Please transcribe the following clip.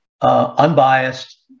unbiased